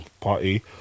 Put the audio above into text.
party